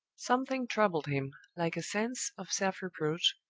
something troubled him, like a sense of self-reproach,